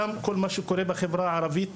גם כל מה שקורה בחברה הערבית,